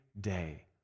day